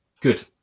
Good